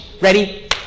Ready